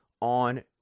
on